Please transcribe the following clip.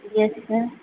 yes sir